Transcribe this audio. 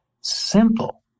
simple